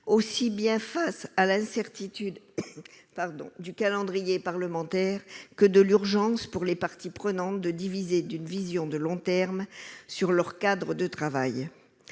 au regard tant de l'incertitude du calendrier parlementaire que de l'urgence, pour les parties prenantes, de pouvoir disposer d'une vision à long terme de leur cadre de travail.